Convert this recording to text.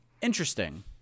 Interesting